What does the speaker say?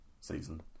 season